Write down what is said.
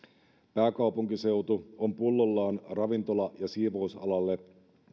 pääkaupunkiseutu on pullollaan ravintola ja siivousalalle